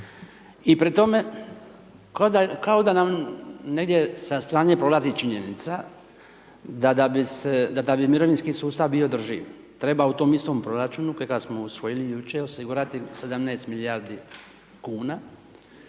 I pri tome kao da nam negdje sa strane prolazi činjenica da bi mirovinski sustav bio održiv, treba u tom istom proračunu, kojega smo usvojili jučer, osigurati 17 milijardi kuna